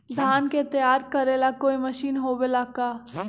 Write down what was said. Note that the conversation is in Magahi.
धान के तैयार करेला कोई मशीन होबेला का?